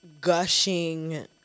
gushing